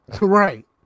right